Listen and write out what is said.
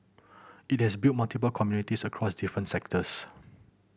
it has built multiple communities across different sectors